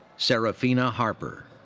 sarafina harper.